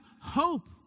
hope